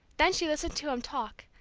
then she listened to him talk,